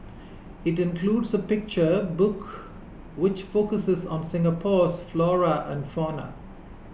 it includes a picture book which focuses on Singapore's flora and fauna